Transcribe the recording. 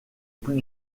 plus